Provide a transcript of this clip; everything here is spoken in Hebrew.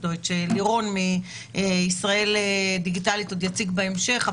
שלירון מישראל דיגיטלית עוד יציג בהמשך,